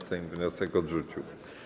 Sejm wniosek odrzucił.